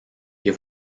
les